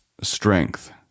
strength